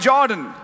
Jordan